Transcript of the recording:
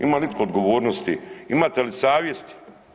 Imal itko odgovornosti, imate li savjesti?